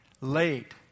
late